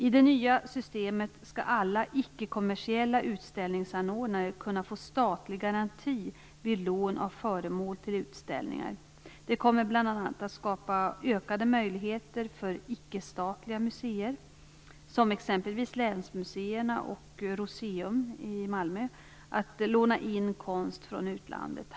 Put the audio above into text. I det nya systemet skall alla icke-kommersiella utställningsanordnare kunna få statlig garanti vid lån av föremål till utställningar. Det kommer bl.a. att skapa ökade möjligheter för icke-statliga museer, som exempelvis länsmuseerna och Rooseum i Malmö, att låna in konst från utlandet.